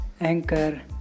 anchor